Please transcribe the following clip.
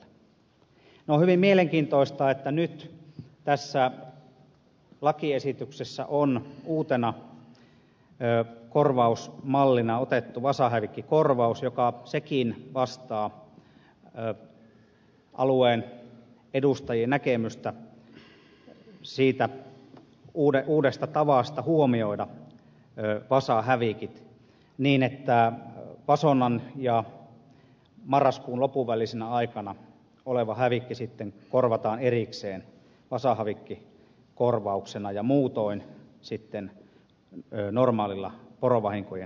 on hyvin mielenkiintoista että nyt tässä lakiesityksessä on uutena korvausmallina otettu vasahävikkikorvaus joka sekin vastaa alueen edustajien näkemystä siitä uudesta tavasta huomioida vasahävikit niin että vasonnan ja marraskuun lopun välisenä aikana oleva hävikki sitten korvataan erikseen vasahävikkikorvauksena ja muutoin sitten normaalilla porovahinkojen korvaamisella